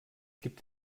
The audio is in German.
gibt